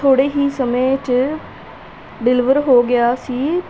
ਥੋੜ੍ਹੇ ਹੀ ਸਮੇਂ 'ਚ ਡਿਲੀਵਰ ਹੋ ਗਿਆ ਸੀ